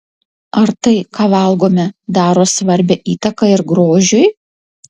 ar tai ką valgome daro svarbią įtaką ir grožiui